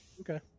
Okay